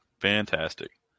fantastic